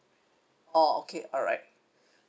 oh okay alright